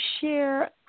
share